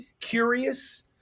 curious